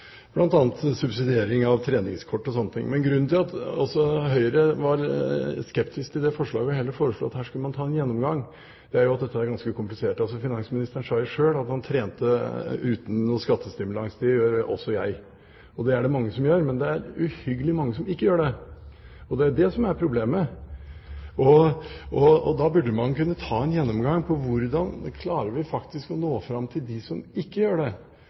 bl.a. subsidiering av treningskort og slike ting. Men grunnen til at også Høyre er skeptisk til det forslaget og heller foreslår at her skal man ta en gjennomgang, er at dette er ganske komplisert. Finansministeren sa jo selv at han trente uten noen skattestimulans. Det gjør også jeg, og det er det mange som gjør. Men det er uhyggelig mange som ikke gjør det, og det er det som er problemet. Da burde man kunne ta en gjennomgang og se på hvordan vi faktisk klarer å nå fram til dem som ikke gjør det.